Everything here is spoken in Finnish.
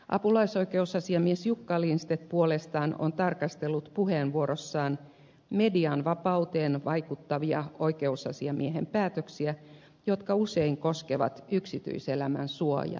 apulaisoikeusasiamies jukka lindstedt puolestaan on tarkastellut puheenvuorossaan median vapauteen vaikuttavia oikeusasiamiehen päätöksiä jotka usein koskevat yksityiselämän suojaa